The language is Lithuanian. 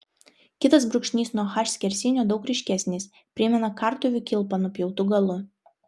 kitas brūkšnys nuo h skersinio daug ryškesnis primena kartuvių kilpą nupjautu galu